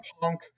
Punk